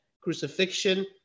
crucifixion